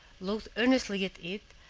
looked earnestly at it,